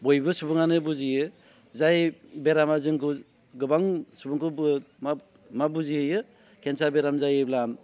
बयबो सुबुङानो बुजियो जाय बेरामा जोंखौ गोबां सुबुंखौबो मा बुजिहोयो केन्सार बेराम जायोब्ला